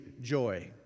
joy